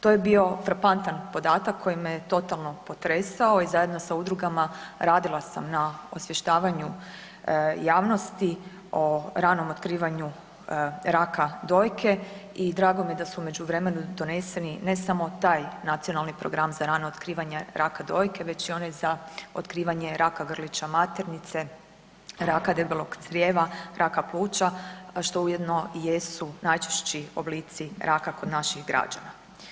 To je bio frapantan podatak koji me je totalno potresao i zajedno sa udrugama radila sam na osvještavanju javnosti o ranom otkrivanju raka dojke i drago mi je da su u međuvremenu doneseni ne samo taj Nacionalni program za rano otkrivanje raka dojke već i onaj za otkrivanje raka grlića maternice, raka debelog crijeva, raka pluća, a što ujedno jesu najčešći oblici raka kod naših građana.